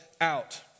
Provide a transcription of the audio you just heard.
out